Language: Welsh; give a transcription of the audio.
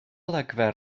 olygfa